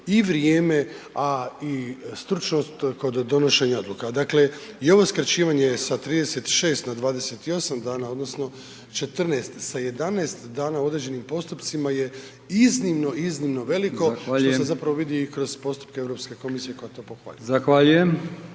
i vrijeme, a i stručnost kod donošenja odluka. Dakle i ovo skraćivanje sa 36 na 29 dana odnosno 14 sa 11 dana u određenim postupcima je iznimno, iznimno veliko što se vidi kroz postupke Europske komisije koja to pohvaljuje.